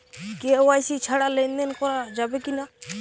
KYC ছাড়া লেনদেন করা যাবে কিনা?